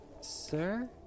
sir